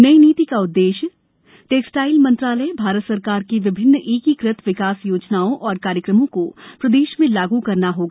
नई नीति का उद्देश्य टेक्सटाईल मंत्रालय भारत सरकार की विभिन्न एकीकृत विकास योजनाओं एवं कार्यक्रमों को प्रदेश में लागू करना होगा